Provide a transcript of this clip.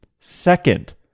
Second